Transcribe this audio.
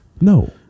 No